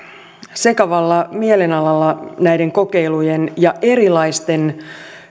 sekavalla mielialalla näiden kokeilujen ja erilaisten